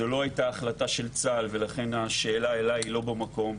זאת לא הייתה החלטה של צה"ל ולכן השאלה אלי היא לא במקום.